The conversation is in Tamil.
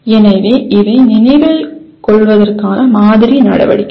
எனவே இவை நினைவில் கொள்வதற்கான மாதிரி நடவடிக்கைகள்